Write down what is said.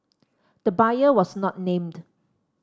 the buyer was not named